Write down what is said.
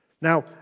Now